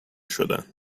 شدن